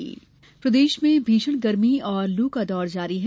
गर्मी प्रदेश में भीषण गर्मी और लू का दौर जारी है